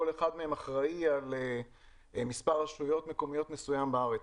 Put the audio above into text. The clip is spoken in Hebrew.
כל אחד מהם אחראי על מספר רשויות מקומיות מסוים בארץ.